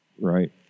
right